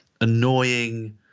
annoying